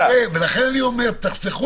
לכן אני אומר שלפחות תחסכו